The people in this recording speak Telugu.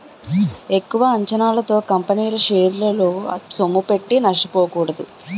ఎక్కువ అంచనాలతో కంపెనీల షేరల్లో సొమ్ముపెట్టి నష్టపోకూడదు